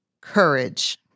courage